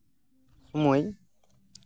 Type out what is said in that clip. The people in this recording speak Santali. ᱥᱚᱢᱚᱭ